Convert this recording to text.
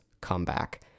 comeback